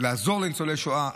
לעזור לניצולי שואה,